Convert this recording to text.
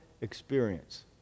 experience